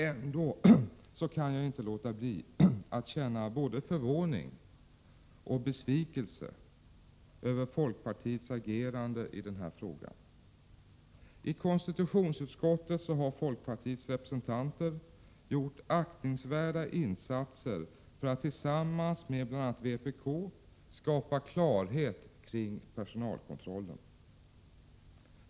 Ändå kan jag inte låta bli att känna både förvåning och besvikelse över folkpartiets agerande i den här frågan. I konstitutionsutskottet har folkpartiets representanter gjort aktningsvärda insatser för att tillsammans med bl.a. vpk skapa klarhet kring personalkontrollen.